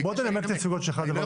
תנמק את ההסתייגויות שלך דבר ראשון.